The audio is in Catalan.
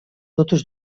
totes